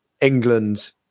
england